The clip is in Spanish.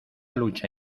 lucha